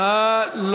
נא לא